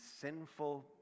sinful